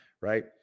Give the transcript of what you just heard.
Right